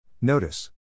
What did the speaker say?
Notice